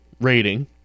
rating